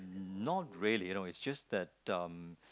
not really you know it's just that um